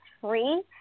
free